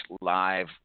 live